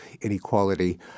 inequality